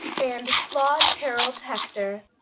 and claude harold hector.